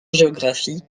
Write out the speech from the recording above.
géographie